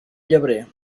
llebrer